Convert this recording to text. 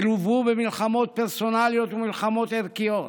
שלוו במלחמות פרסונליות ומלחמות ערכיות,